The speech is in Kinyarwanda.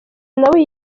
nawe